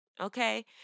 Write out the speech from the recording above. Okay